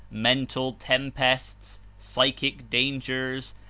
mental tempests, psychic dangers,